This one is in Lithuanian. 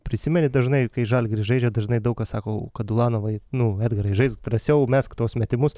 prisimeni dažnai kai žalgiris žaidžia dažnai daug kas sako kad ulanovai nu edgarai žaisk drąsiau mesk tuos metimus